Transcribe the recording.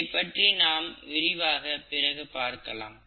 இதைப் பற்றி நாம் விரிவாக பிறகு பார்க்கலாம்